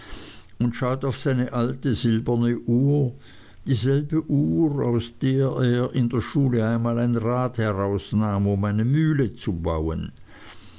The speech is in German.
und schaut auf seine alte silberne uhr dieselbe uhr aus der er in der schule einmal ein rad herausnahm um eine mühle zu bauen